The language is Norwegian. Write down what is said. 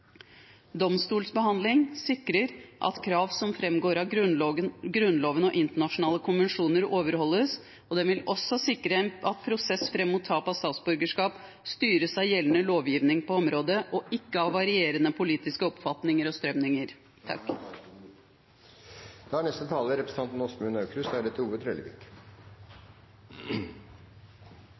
Domstolsbehandling sikrer at krav som framgår av Grunnloven og internasjonale konvensjoner, overholdes, og det vil også sikre at prosessen fram mot tap av statsborgerskap styres av gjeldende lovgivning på området, og ikke av varierende politiske oppfatninger og strømninger.